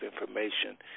information